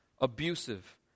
abusive